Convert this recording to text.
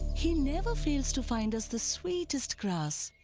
he never fails to find us the sweetest grass.